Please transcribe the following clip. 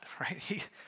right